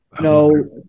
No